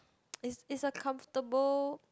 is is a comfortable